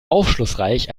aufschlussreich